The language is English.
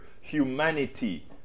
humanity